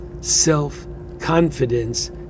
self-confidence